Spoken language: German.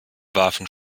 warfen